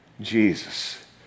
Jesus